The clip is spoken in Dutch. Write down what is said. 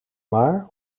maar